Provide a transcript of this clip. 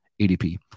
ADP